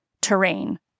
Terrain